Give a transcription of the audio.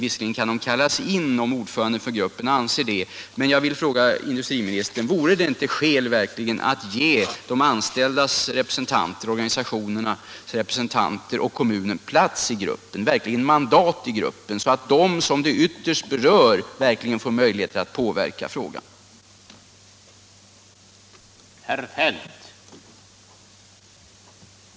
Visserligen kan de kallas in, om gruppens ordförande = ningen inom anser att så bör ske, men jag vill fråga industriministern: Vore det inte Jjärn och stålinduskäl i att ge de anställdas, organisationernas och kommunens represen = strin, m.m. tanter verkliga mandat i gruppen, så att de som ytterst berörs får möjlighet att påverka utvecklingen?